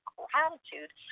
gratitude